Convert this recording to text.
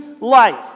life